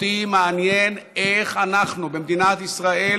אותי מעניין איך אנחנו במדינת ישראל